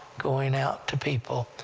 going out to people,